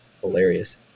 hilarious